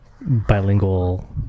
bilingual